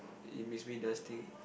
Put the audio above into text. it makes me does things